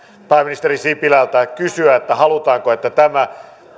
pääministeri sipilän huumoria kysyä haluammeko että tämä